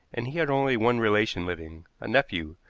and he had only one relation living, a nephew,